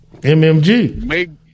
MMG